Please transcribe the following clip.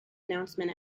announcement